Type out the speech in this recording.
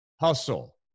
hustle